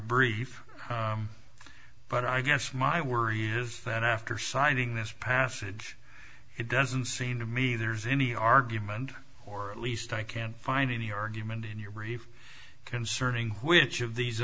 brief but i guess my worry is that after signing this passage it doesn't seem to me there's any argument or at least i can't find any argument in your brief concerning which of these